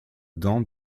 dent